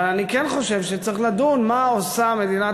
אבל אני כן חושב שצריך לדון מה עושה מדינת